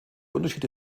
unterschied